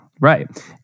Right